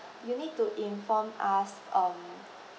you need to inform us um